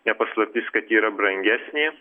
ne paslaptis kad yra brangesnė